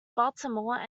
baltimore